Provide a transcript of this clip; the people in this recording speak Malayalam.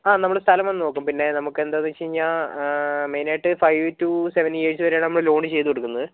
ആ നമ്മൾ സ്ഥലം വന്ന് നോക്കും പിന്നെ നമുക്ക് എന്താണെന്ന് വെച്ച് കഴിഞ്ഞാൽ ആഹ് മെയിൻ ആയിട്ട് ഫൈവ് ടു സെവെൻ ഇയേർസ് വരെയാണ് നമ്മൾ ലോൺ ചെയ്ത് കൊടുക്കുന്നത്